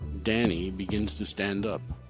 danny begins to stand up.